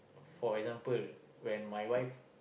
for example when my wife